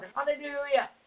Hallelujah